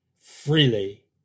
freely